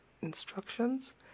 instructions